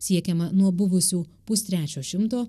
siekiama nuo buvusių pustrečio šimto